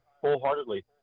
wholeheartedly